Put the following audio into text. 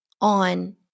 on